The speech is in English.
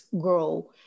grow